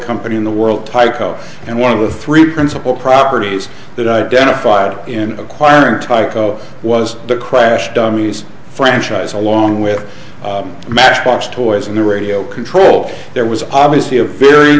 company in the world tyco and one of the three principal properties that identified in acquiring tyco was the crash dummies franchise along with matchbox toys and the radio control there was obviously a very